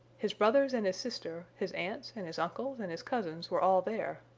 his brothers and his sister, his aunts and his uncles and his cousins were all there.